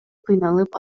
кыйналып